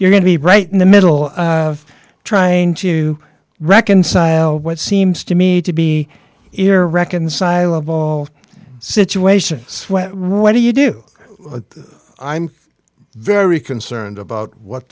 you're going to be right in the middle of trying to reconcile what seems to me to be irreconcilable situations where what do you do i'm very concerned about what